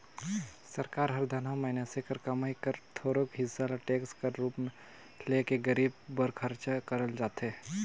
सरकार हर धनहा मइनसे कर कमई कर थोरोक हिसा ल टेक्स कर रूप में ले के गरीब बर खरचा करल जाथे